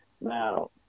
Now